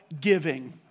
Giving